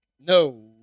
No